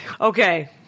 Okay